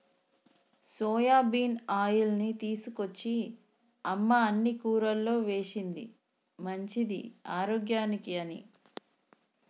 soybean ఆయిల్ని తీసుకొచ్చి అమ్మ అన్ని కూరల్లో వేశింది మంచిది ఆరోగ్యానికి అని